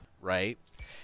right